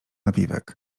napiwek